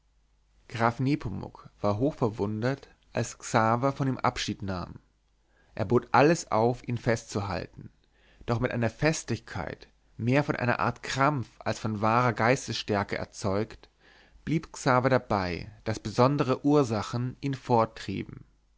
graf nepomuk war hoch verwundert als xaver von ihm abschied nahm er bot alles auf ihn festzuhalten doch mit einer festigkeit mehr von einer art krampf als von wahrer geistesstärke erzeugt blieb xaver dabei daß besondere ursachen ihn forttrieben